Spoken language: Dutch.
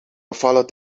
gevallen